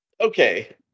Okay